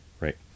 Right